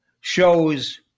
shows